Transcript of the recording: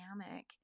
dynamic